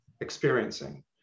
experiencing